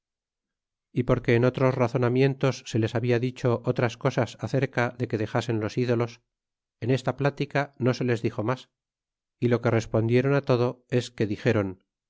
y porque en otros razonamientos se les habia dicho otras cosas acerca de que de xasen los ídolos en esta plática no se les dixo mas y lo que respondieron todo es que dixéron